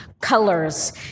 colors